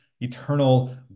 eternal